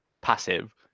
passive